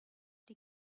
die